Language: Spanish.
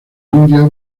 india